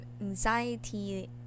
anxiety